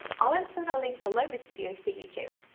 i'll include a link below this video for you too.